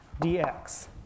dx